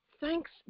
thanks